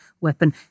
weapon